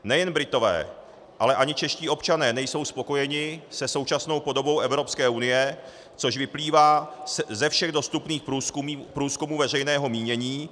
Nejen Britové, ale ani čeští občané nejsou spokojeni se současnou podobou Evropské unie, což vyplývá ze všech dostupných průzkumů veřejného mínění.